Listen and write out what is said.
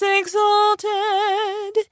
exalted